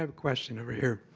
um question over here.